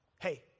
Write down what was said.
hey